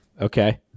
okay